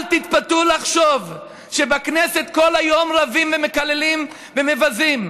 אל תתפתו לחשוב שבכנסת כל היום רבים ומקללים ומבזים.